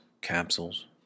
capsules